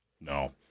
no